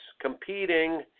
competing